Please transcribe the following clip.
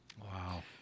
Wow